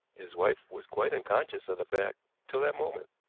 his wife was quite unconscious of the fact till that moment.